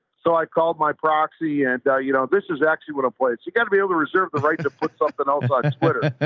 so i called my proxy and you know, this is actually what a place you've gotta be able to reserve the right to put something else on splitter.